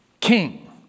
king